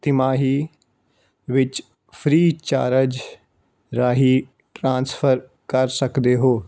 ਤਿਮਾਹੀ ਵਿੱਚ Freecharge ਰਾਹੀਂ ਟ੍ਰਾਂਸਫਰ ਕਰ ਸਕਦੇ ਹੋ